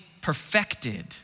perfected